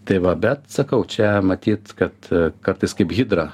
tai va bet sakau čia matyt kad kartais kaip hidra